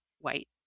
white